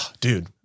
dude